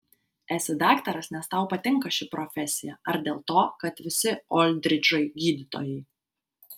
esi daktaras nes tau patinka ši profesija ar dėl to kad visi oldridžai gydytojai